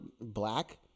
black